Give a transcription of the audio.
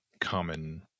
common